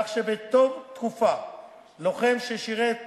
כך שבתום התקופה לוחם ששירת